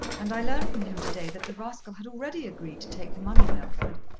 and i learned from him to-day that the rascal had already agreed to take the money i offered.